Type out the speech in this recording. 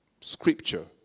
scripture